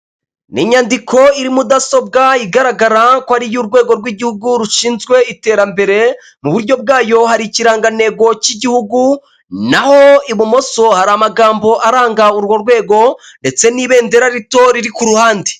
Ni inyandiko iri mudasobwa igaragara ko ari iy'urwego rw'igihugu rushinzwe iterambere mu buryo bwayo hari ikirangantego cy'igihugu, naho ibumoso hari amagambo aranga urwo rwego ndetse n'ibendera rito riri ku ruhande.